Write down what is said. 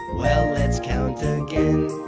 well, let's count again.